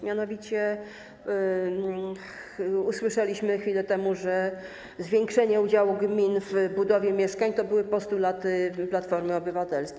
Mianowicie usłyszeliśmy chwilę temu, że zwiększenie udziału gmin w budowie mieszkań to był postulat Platformy Obywatelskiej.